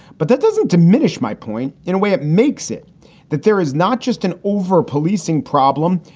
but that doesn't diminish my point in a way. it makes it that there is not just an over policing problem.